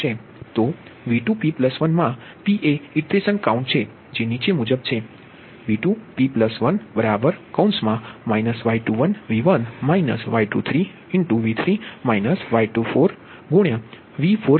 તો V2p1 મા P એ ઇટરેશન કાઉન્ટ છે જે નીચે મુજબ છે V2p11Y22P2 jQ2V2p Y21V1 Y23V3 Y24V4p